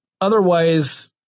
otherwise